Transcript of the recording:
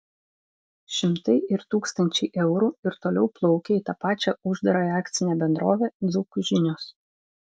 šimtai ir tūkstančiai eurų ir toliau plaukia į tą pačią uždarąją akcinę bendrovę dzūkų žinios